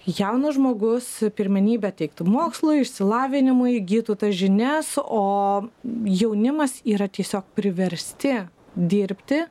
jaunas žmogus pirmenybę teiktų mokslui išsilavinimui įgytų tas žinias o jaunimas yra tiesiog priversti dirbti